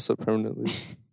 permanently